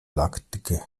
lackdicke